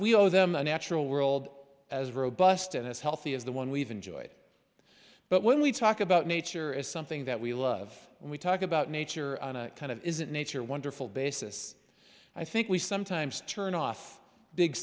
owe them the natural world as robust and as healthy as the one we've enjoyed but when we talk about nature as something that we love we talk about nature on a kind of isn't nature wonderful basis i think we sometimes turn off big